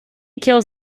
kills